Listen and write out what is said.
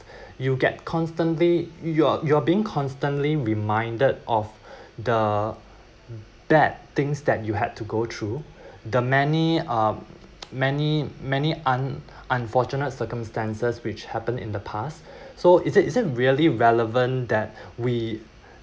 you get constantly you you're you're being constantly reminded of the bad things that you had to go through the many uh many many un~ unfortunate circumstances which happened in the past so is it is it really relevant that we